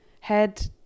head